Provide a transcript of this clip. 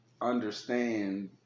understand